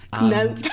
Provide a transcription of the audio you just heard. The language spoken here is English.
No